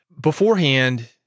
Beforehand